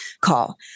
call